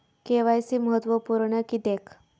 KYC महत्त्वपुर्ण किद्याक?